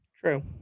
True